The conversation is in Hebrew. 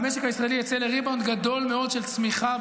והמשק הישראלי יצא לריבאונד גדול מאוד של צמיחה,